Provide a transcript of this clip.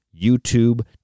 YouTube